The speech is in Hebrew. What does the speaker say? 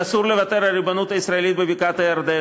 שאסור לוותר על הריבונות הישראלית בבקעת-הירדן.